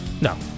No